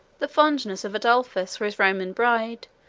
the fondness of adolphus for his roman bride,